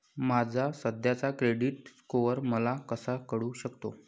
माझा सध्याचा credit score मला कसा कळू शकतो?